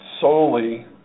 solely